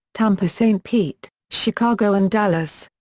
tampa st. pete, chicago and dallas.